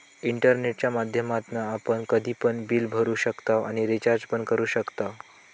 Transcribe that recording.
इंटरनेटच्या माध्यमातना आपण कधी पण बिल भरू शकताव आणि रिचार्ज पण करू शकताव